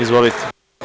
Izvolite.